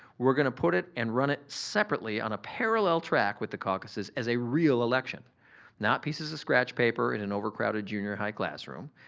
we're gonna put it and run it separately on a parallel track with the caucuses as a real election not pieces of scratch paper in an overcrowded junior high classroom,